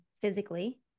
physically